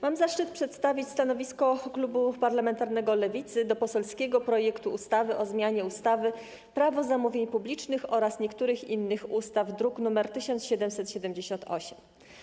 Mam zaszczyt przedstawić stanowisko klubu parlamentarnego Lewicy odnośnie do poselskiego projektu ustawy o zmianie ustawy - Prawo zamówień publicznych oraz niektórych innych ustaw, druk nr 1778.